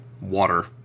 water